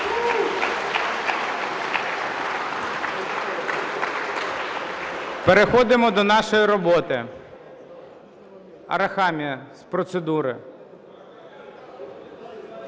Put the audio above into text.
Переходимо до нашої роботи. Арахамія – з процедури.